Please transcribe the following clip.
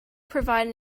provide